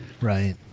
right